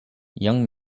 young